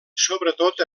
sobretot